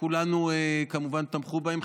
שכולנו כמובן תמכנו בהם,